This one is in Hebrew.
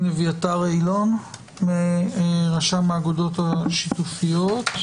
אביתר אילון מרשם האגודות השיתופיות,